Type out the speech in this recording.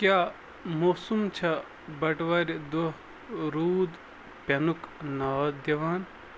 کیٛاہ موسم چھا بٹوارِ دوہ رود پینُک ناد دِوان